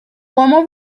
former